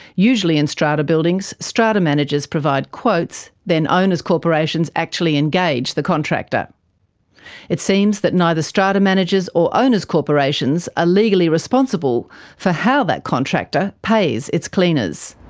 usually in strata buildings, strata managers provide quotes, then owners' corporations actually engage the contractor. it seems that neither strata managers or owners' corporations are ah legally responsible for how that contractor pays its cleaners.